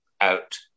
out